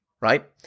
right